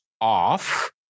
off